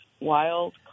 wild